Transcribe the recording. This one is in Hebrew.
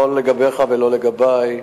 לא לגביך ולא לגבי,